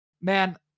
man